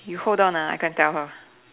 you hold on ah I go and tell her